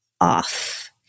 off